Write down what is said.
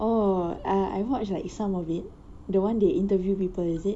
oh err I watch like some of it the one they interview people is it